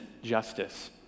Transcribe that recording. Justice